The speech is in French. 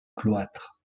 cloître